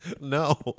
No